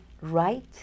right